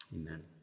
Amen